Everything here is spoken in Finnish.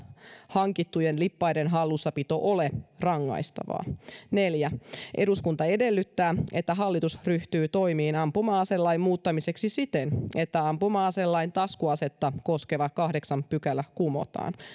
hankittujen lippaiden hallussapito ole rangaistavaa neljä eduskunta edellyttää että hallitus ryhtyy toimiin ampuma aselain muuttamiseksi siten että ampuma aselain taskuasetta koskeva kahdeksas pykälä kumotaan